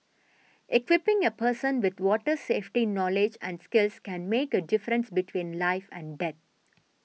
equipping a person with water safety knowledge and skills can make a difference between life and death